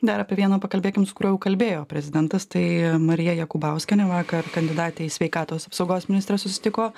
dar apie vieną pakalbėkim su kuriuo jau kalbėjo prezidentas tai marija jakubauskienė vakar kandidatė į sveikatos apsaugos ministres susitiko